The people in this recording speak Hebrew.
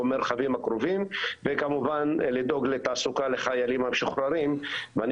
או במרחבים הקרובים וכמובן לדאוג לתעסוקה לחיילים המשוחררים ואני